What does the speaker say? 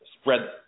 spread